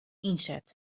ynset